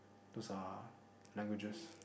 those are languages